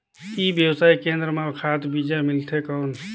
ई व्यवसाय केंद्र मां खाद बीजा मिलथे कौन?